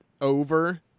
over